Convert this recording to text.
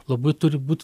labai turi būt